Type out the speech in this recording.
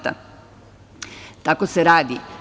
Tako se radi.